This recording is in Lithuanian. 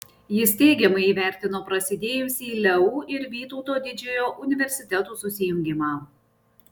jis teigiamai įvertino prasidėjusį leu ir vytauto didžiojo universitetų susijungimą